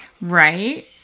Right